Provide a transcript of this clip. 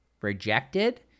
rejected